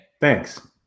Thanks